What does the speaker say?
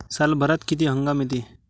सालभरात किती हंगाम येते?